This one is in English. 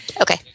okay